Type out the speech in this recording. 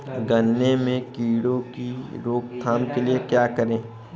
गन्ने में कीड़ों की रोक थाम के लिये क्या करें?